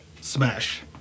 Smash